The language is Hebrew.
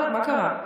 מה קרה?